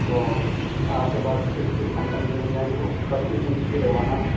تو آپ کے پاس کس کس کمپنی کی مل جائیں گے وہ بتیس انچ کی لگوانا ہے